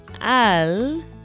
al